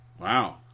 Wow